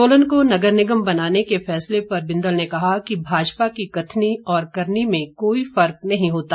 सोलन को नगर निगम बनाने के फैसले पर बिंदल ने कहा कि भाजपा की कथनी और करनी में कोई फर्क नहीं होता